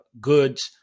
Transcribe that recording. goods